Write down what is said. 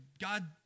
God